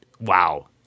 wow